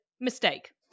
mistake